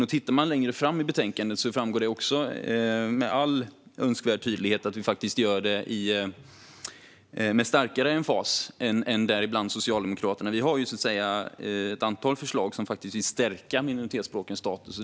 Om man tittar längre fram i betänkandet framgår det med all önskvärd tydlighet att vi gör det med starkare emfas än bland andra Socialdemokraterna. Sverigedemokraterna har ett antal förslag där vi vill stärka minoritetsspråkens status.